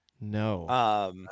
No